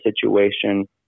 situation